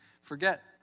forget